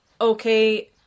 okay